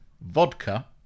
vodka